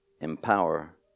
Empower